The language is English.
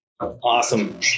Awesome